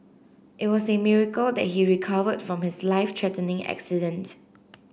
it was a miracle that he recovered from his life threatening accident